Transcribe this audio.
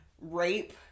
rape